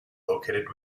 located